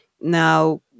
Now